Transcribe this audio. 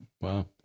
Wow